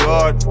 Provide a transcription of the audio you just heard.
God